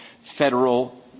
federal